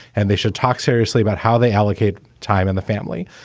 and they should talk seriously about how they allocate time in the family.